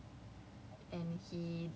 double double degree